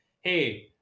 hey